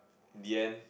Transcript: in the end